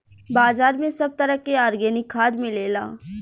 बाजार में सब तरह के आर्गेनिक खाद मिलेला